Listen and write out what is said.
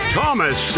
Thomas